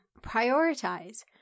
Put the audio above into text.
Prioritize